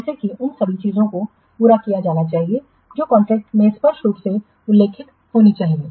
जैसा कि उन सभी चीजों को पूरा किया जाना चाहिए जो कॉन्ट्रैक्ट में स्पष्ट रूप से उल्लिखित होनी चाहिए